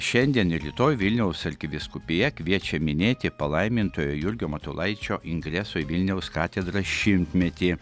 šiandien ir rytoj vilniaus arkivyskupija kviečia minėti palaimintojo jurgio matulaičio ingreso į vilniaus katedrą šimtmetį